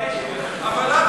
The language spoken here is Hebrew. אבל למה